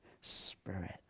Spirit